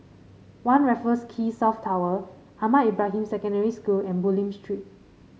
One Raffles Quay South Tower Ahmad Ibrahim Secondary School and Bulim Street